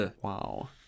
Wow